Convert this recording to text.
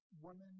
women